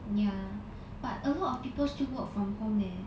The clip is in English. ya but a lot of people still work from home leh